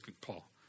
Paul